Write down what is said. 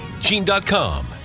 Gene.com